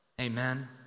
Amen